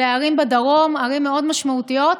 לערים בדרום, ערים מאוד משמעותיות.